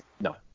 no